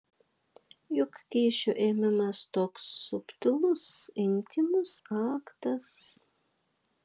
juk kyšio ėmimas toks subtilus intymus aktas